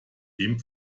dem